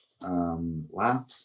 wow